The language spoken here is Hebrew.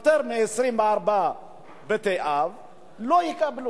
עד 17. אתה לא חייב.